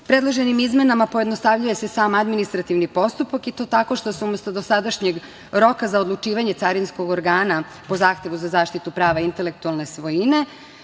njime. Predloženim izmenama pojednostavljuje se sam administrativni postupak, i to tako što se umesto dosadašnjeg roka za odlučivanje carinskog organa po zahtevu za zaštitu prava intelektualne svojine